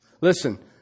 Listen